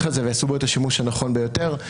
הזה ויעשו בו את השימוש הנכון ביותר.